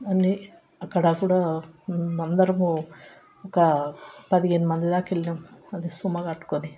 అన్ని అక్కడ కూడా అందరము ఒక పదిహేను మంది దాకా వెళ్ళినాం అది సుమో కట్టుకుని